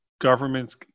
governments